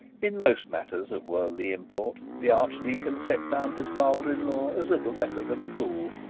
in most matters of worldly import the archdeacon set down his father-in-law as little better than a fool.